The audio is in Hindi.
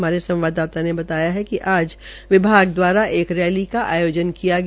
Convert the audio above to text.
हमारे संवाददाता ने बताया कि आज विभाग द्वारा एक रैली का आयोजन किया गया